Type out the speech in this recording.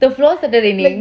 the floor started raining